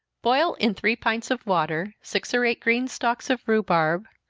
boil in three pints of water six or eight green stalks of rhubarb,